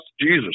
Jesus